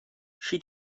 she